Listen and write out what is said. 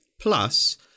plus